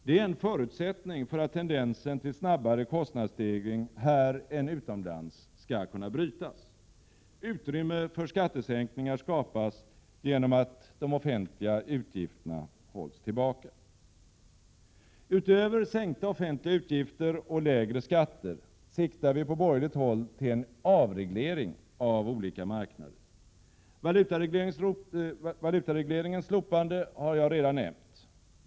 Det är en förutsättning för att tendensen till snabbare kostnadsstegring här än utomlands skall kunna brytas. Utrymme för skattesänkningar skapas genom att de offentliga utgifterna hålls tillbaka. Utöver sänkta offentliga utgifter och lägre skatter siktar vi på borgerligt håll till en avreglering av olika marknader. Valutaregleringens slopande har jag redan nämnt.